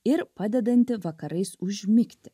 ir padedanti vakarais užmigti